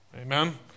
Amen